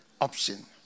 option